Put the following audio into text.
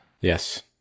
Yes